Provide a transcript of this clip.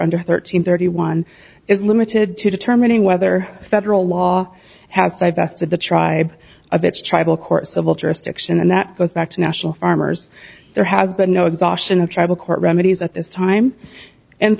under thirteen thirty one is limited to determining whether federal law has divested the tribe of its tribal court civil jurisdiction and that goes back to national farmers there has been no exhaustion of tribal court remedies at this time and